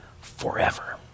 forever